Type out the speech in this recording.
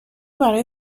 برای